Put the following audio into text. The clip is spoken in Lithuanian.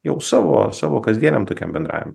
jau savo savo kasdieniam tokiam bendravimui